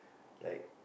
like